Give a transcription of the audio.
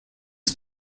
ist